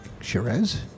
Shiraz